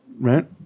Right